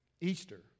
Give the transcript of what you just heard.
Easter